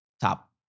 Top